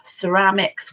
Ceramics